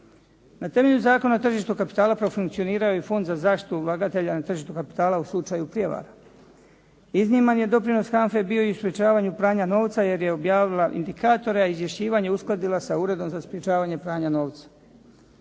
Na temelju Zakona o tržištu kapitala profunkcionirao je i Fond za zaštitu ulagatelja na tržištu kapitala u slučaju prijevara. Izniman je doprinos HANFA-e bio i u sprječavanju pranja novca, jer je objavila indikatore, a izvješćivanje uskladila sa Uredom za sprječavanje pranja novca.